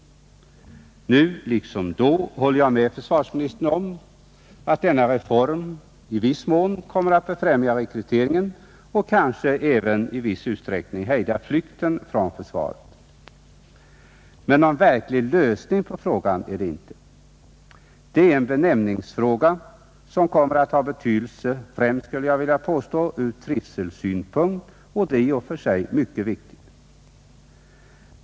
Nu liksom då håller jag med försvarsministern om att denna reform i viss mån kommer att befrämja rekryteringen och kanske även i viss utsträckning hejda flykten från försvaret. Men någon verklig lösning av frågan är det inte. Det är en benämningsfråga, som kommer att ha betydelse främst, skulle jag vilja påstå, ur trivselsynpunkt, och det är i och för sig mycket viktigt.